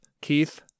Keith